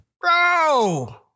Bro